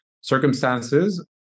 circumstances